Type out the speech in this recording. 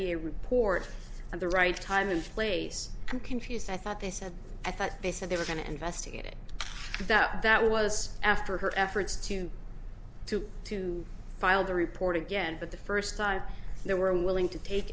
to report and the right time and place i'm confused i thought they said i thought they said they were going to investigate it that that was after her efforts to to to file the report again but the first time they were willing to take